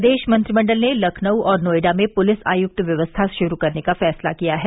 प्रदेश मंत्रिमंडल ने लखनऊ और नोएडा में पुलिस आयुक्त व्यवस्था शुरू करने का फैसला किया है